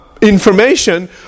information